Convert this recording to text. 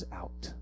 out